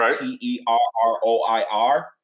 T-E-R-R-O-I-R